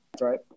right